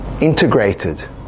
integrated